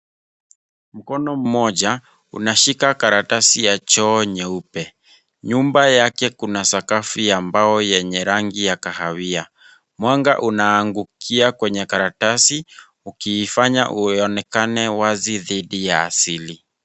Mkono mmoja unashika karatasi ya choo nyeupe. Nyumba yake kuna sakafu ya mbao yenye rangi ya kahawia. Mwanga unaangukia kwenye karatasi, ukifanya uonekane wazi dhidi ya asili.